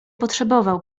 potrzebował